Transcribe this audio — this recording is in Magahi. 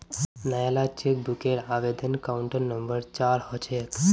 नयाला चेकबूकेर आवेदन काउंटर नंबर चार ह छेक